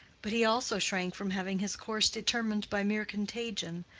but he also shrank from having his course determined by mere contagion,